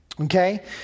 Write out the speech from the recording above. Okay